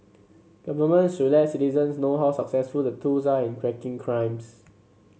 governments should let citizens know how successful the tools are in cracking crimes